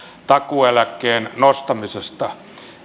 takuueläkkeen nostamisesta